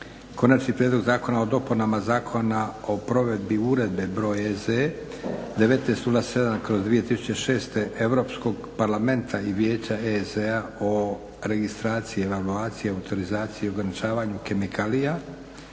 Konačni prijedlog zakona o dopunama Zakona o provedbi Uredbe (EZ) br. 1907/2006 Europskog parlamenta i Vijeća EZ o registraciji, evaluaciji, autorizaciji i ograničavanju kemikalija,